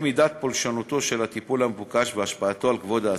את מידת פולשנותו של הטיפול המבוקש והשפעתו על כבוד האסיר,